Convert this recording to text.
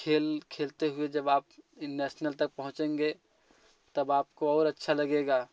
खेल खेलते हुए जब आप नेशनल तक पहुंचेंगे तब आपको और अच्छा लगेगा